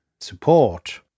support